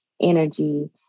energy